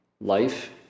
Life